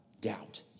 doubt